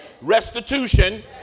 restitution